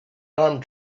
armed